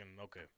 okay